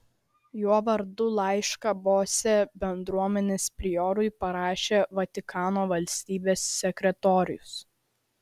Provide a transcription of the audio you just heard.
jo vardu laišką bose bendruomenės priorui parašė vatikano valstybės sekretorius